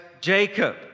Jacob